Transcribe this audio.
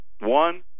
One